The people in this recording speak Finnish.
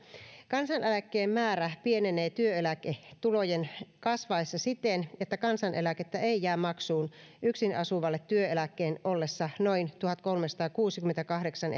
kansaneläkkeen määrä pienenee työeläketulojen kasvaessa siten että kansaneläkettä ei jää maksuun yksin asuvalle työeläkkeen ollessa noin tuhatkolmesataakuusikymmentäkahdeksan